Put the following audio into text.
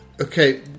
Okay